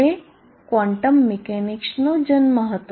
તે ક્વોન્ટમ મિકેનિક્સનો જન્મ હતો